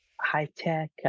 high-tech